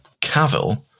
Cavill